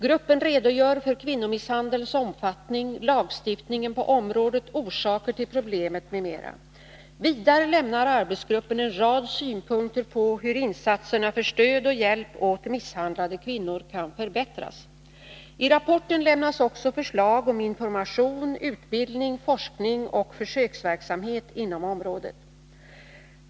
Gruppen redogör för kvinnomisshandelns omfattning, lagstiftningen på området, orsaker till problemet m.m. Vidare lämnar arbetsgruppen en rad synpunkter på hur insatserna för stöd och hjälp åt misshandlade kvinnor kan förbättras. I rapporten lämnas också förslag om information, utbildning, forskning och försöksverksamhet inom området.